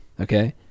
Okay